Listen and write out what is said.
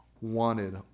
wanted